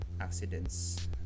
accidents